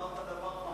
אמרת דבר חמור מאוד.